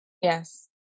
Yes